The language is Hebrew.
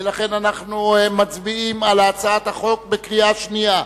ולכן אנחנו מצביעים על הצעת החוק בקריאה שנייה.